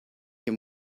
him